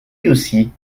aussi